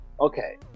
Okay